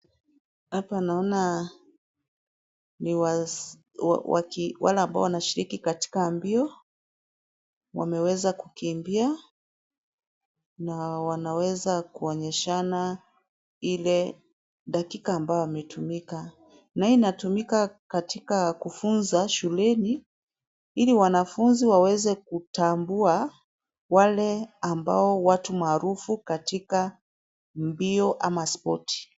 Hapa naona wale ambao wanaweza kushiriki mbio wameweza kukimbia na wanaweza kuonyeshana ile dakika ambayo imetumika na hii inatumika shuleni ili wanafunzi waweze kutambua wale amabo watu maarufu katika mbio ama spoti.